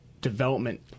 development